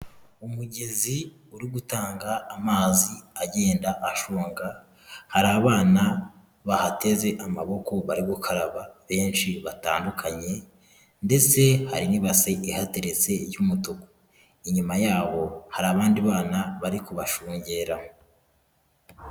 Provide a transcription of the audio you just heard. Umugezi uri gutanga amazi agenda ashonga, hari abana bahateze amaboko bari gukaraba benshi batandukanye ndetse hari n'ibase ihateretse y'umutuku, inyuma yabo hari abandi bana bari kubashungera.